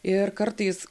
ir kartais